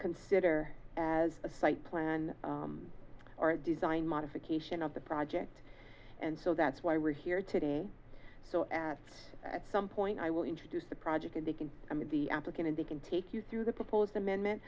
consider as a site plan or a design modification of the project and so that's why we're here today so at some point i will introduce a project in the can of the applicant and they can take you through the proposed amendment